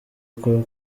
uko